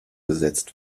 gesetzt